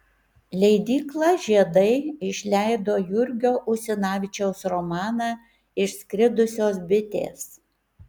leidykla žiedai išleido jurgio usinavičiaus romaną išskridusios bitės